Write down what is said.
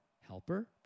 Helper